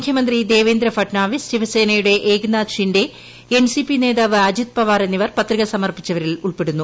മുഖ്യമന്ത്രി ദേവേന്ദ്ര ഫഡ്നാവിസ് ശിവസേനയുടെ Eknath Shinde N C P നേതാവ് അജിത് പവാർ എന്നിവർ പത്രിക സമർപ്പിച്ചവരിൽ ഉൾപ്പെടുന്നു